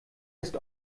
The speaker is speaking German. ist